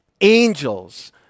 angels